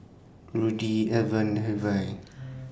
Rudy Alvan Hervey